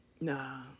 nah